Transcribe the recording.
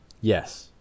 Yes